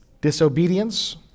Disobedience